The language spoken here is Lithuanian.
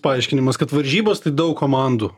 paaiškinimas kad varžybos tai daug komandų